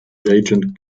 reagent